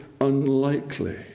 unlikely